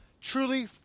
truly